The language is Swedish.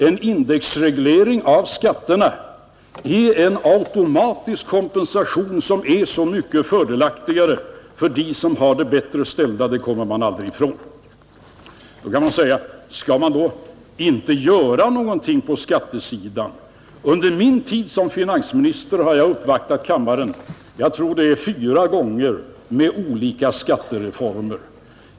En indexreglering av skatterna är en automatisk kompensation som är så mycket fördelaktigare för dem som har det bättre ställt — det kommer man aldrig ifrån. Då kan man säga: Skall man då inte göra någonting på skattesidan? Under min tid som finansminister har jag uppvaktat riksdagen, jag tror det är fyra gånger, med olika skattereformer.